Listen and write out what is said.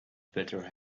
better